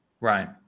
Right